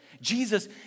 Jesus